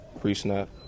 pre-snap